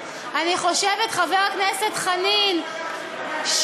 חבר הכנסת חנין,